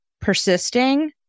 persisting